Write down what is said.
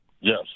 Yes